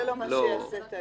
זה לא מה שיעשה את ההבדל.